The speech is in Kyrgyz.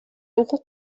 укук